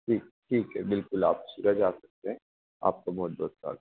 ठीक ठीक है बिल्कुल आप सुबह भी आ सकते हैं आपको बहुत बहुत स्वागत है